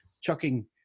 chucking